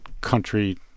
country